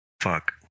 Fuck